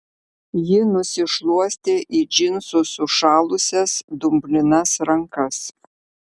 ji nusišluostė į džinsus sušalusias dumblinas rankas